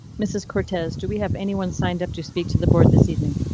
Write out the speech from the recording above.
mrs cortez do we have anyone signed up to speak to the board this evening?